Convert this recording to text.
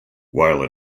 while